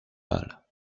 mal